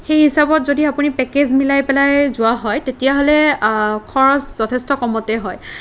সেই হিচাপত যদি আপুনি পেকেজ মিলাই পেলাই যোৱা হয় তেতিয়াহ'লে খৰচ যথেষ্ট কমতে হয়